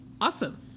awesome